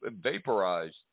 vaporized